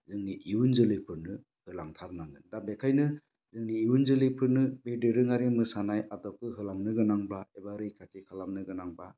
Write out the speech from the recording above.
जोंनि इयुन जोलैफोरनो होलांथारनांगोन दा बेखायनो जोंनि इयुन जोलैफोरनो बे दोरोङारि मोसानाय आदबखौ होलांनो गोनांब्ला एबा रैखाथि खालामनो गोनांब्ला